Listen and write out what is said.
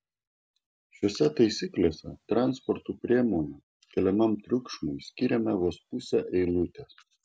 šiose taisyklėse transporto priemonių keliamam triukšmui skiriama vos pusė eilutės